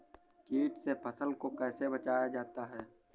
कीट से फसल को कैसे बचाया जाता हैं?